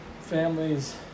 families